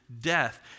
death